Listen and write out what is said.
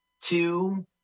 two